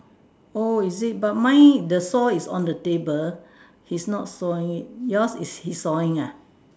oh is it but mine the saw is on the table he's not sawing it yours is he sawing ah